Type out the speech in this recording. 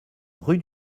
rue